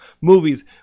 movies